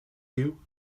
you